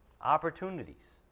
Opportunities